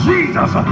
Jesus